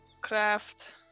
craft